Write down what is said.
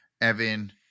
Evan